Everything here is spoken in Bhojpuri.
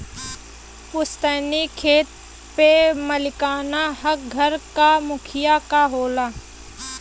पुस्तैनी खेत पे मालिकाना हक घर क मुखिया क होला